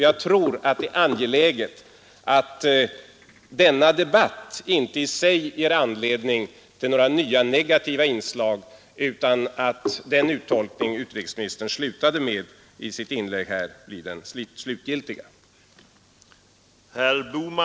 Jag tror att det är angeläget att se till att inte denna debatt i sig ger anledning till några nya negativa inslag, utan att den uttolkning som utrikesministern avslutade sitt inlägg med blir den slutgiltiga.